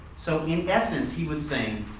so in essence he was saying,